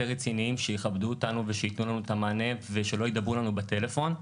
רציניים שיכבדו אותנו ושייתנו לנו את המענה ושלא ידברו לנו בטלפון.